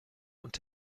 und